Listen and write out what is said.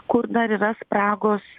kur dar yra spragos